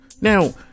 now